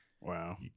Wow